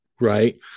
right